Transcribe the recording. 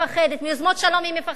מיוזמות שלום היא מפחדת,